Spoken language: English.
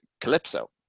calypso